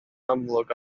amlwg